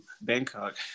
bangkok